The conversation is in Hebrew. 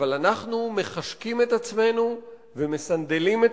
אבל אנחנו מחשקים את עצמנו ומסנדלים את